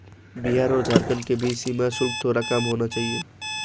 बिहार और झारखंड के बीच सीमा शुल्क थोड़ा कम होना चाहिए